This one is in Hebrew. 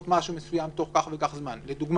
משהו מסוים תוך כך וכך זמן לדוגמה,